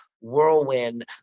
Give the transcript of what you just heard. whirlwind